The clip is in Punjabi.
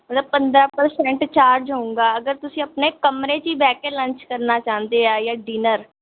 ਮਤਲਬ ਪੰਦਰ੍ਹਾਂ ਪ੍ਰਸੈਂਟ ਚਾਰਜ ਹੋਵੇਗਾ ਅਗਰ ਤੁਸੀਂ ਆਪਣੇ ਕਮਰੇ 'ਚ ਹੀ ਬਹਿ ਕੇ ਲੰਚ ਕਰਨਾ ਚਾਹੁੰਦੇ ਹੈ ਜਾਂ ਡਿਨਰ